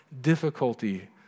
difficulty